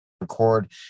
record